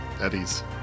Eddies